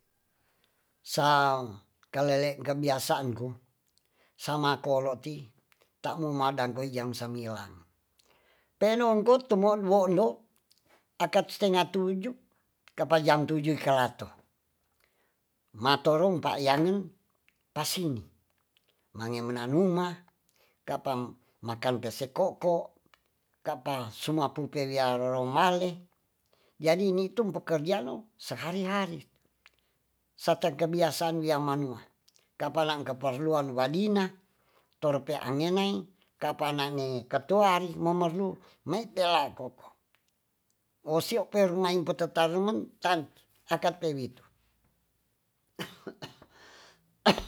Sang kalele kebiasaan ku sama kolo ti tamu madang koi jam sambilang penon ko tumon wondo akat stenga tuju ka jam tuju i kalato ma toro mpayangin pasini mange mena numa kapam makan pese koko kapa sumapun peria romale jadi nitu pekerjaan o sehari hari sata kebiasaan wia manua kapa nam keperluan wadina toro pe angenem kapa nange keturis memerlu meitela koko o si o permain petatarmen tantu akat pewitu